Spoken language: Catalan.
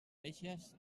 veges